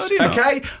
Okay